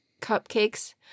cupcakes